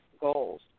Goals